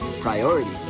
Priority